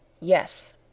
Yes